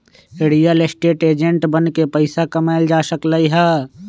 real estate agent बनके पइसा कमाएल जा सकलई ह